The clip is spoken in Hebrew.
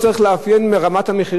חשבו שזה דומה ל"איקאה".